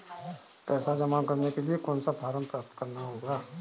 पैसा जमा करने के लिए कौन सा फॉर्म प्राप्त करना होगा?